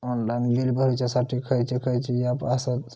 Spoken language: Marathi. ऑनलाइन बिल भरुच्यासाठी खयचे खयचे ऍप आसत?